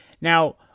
Now